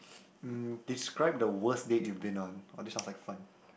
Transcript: um describe the worst date you've been on oh this sounds like fun